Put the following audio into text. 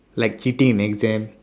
like cheating in exams